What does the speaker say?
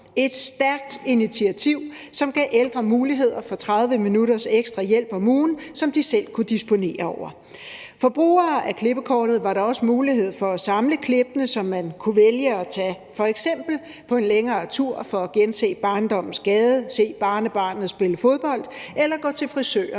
et stærkt initiativ, som gav ældre mulighed for 30 minutters ekstra hjælp om ugen, som de selv kunne disponere over. For brugere af klippekortet var der også mulighed for at samle klippene, så man kunne vælge at tage f.eks. på en længere tur for at gense barndommens gade, se barnebarnet spille fodbold eller gå til frisøren